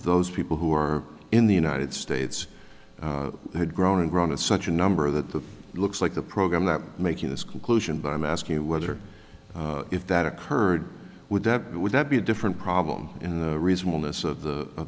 those people who are in the united states had grown and grown in such a number of that that looks like the program that making this conclusion but i'm asking you whether if that occurred would that would that be a different problem in the